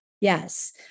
Yes